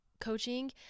coaching